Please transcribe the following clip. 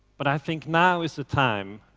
but i think now is the time,